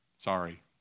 Sorry